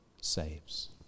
saves